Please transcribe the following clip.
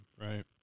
right